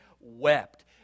wept